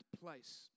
place